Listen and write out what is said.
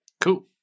Cool